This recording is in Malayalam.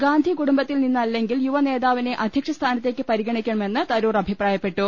ഗാന്ധി കുടുംബത്തിൽ നിന്നല്ലെങ്കിൽ യുവനേതാവിനെ അധ്യക്ഷ സ്ഥാനത്തേക്ക് പരിഗണിക്കണമെന്ന് തരൂർ അഭിപ്രായപ്പെ ട്ടു